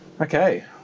okay